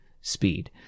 speed